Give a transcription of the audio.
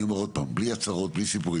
אני אומר עוד פעם, בלי הצהרות, בלי סיפורים.